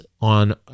on